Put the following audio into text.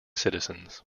citizens